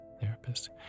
therapist